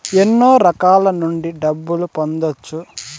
ఎన్నో రకాల నుండి డబ్బులు పొందొచ్చు